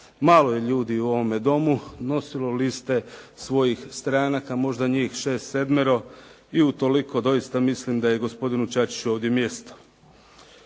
Malo je ljudi u ovome domu nosilo liste svojih stranaka, možda njih 6, 7 i utoliko doista mislim da je gospodinu Čačiću ovdje mjesto.